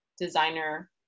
designer